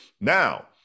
now